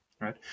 right